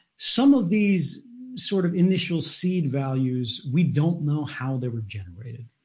some of these sort of initial seed values, we don't know how they were generated.